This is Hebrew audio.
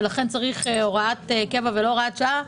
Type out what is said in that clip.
ולכן צריך הוראת קבע ולא הוראת שעה,